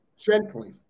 gently